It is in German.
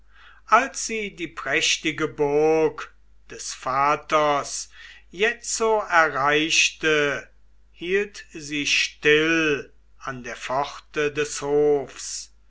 als sie die prächtige burg des vaters jetzo erreichte hielt sie still an der pforte des hofs